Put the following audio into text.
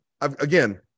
again